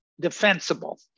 defensible